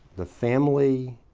the family,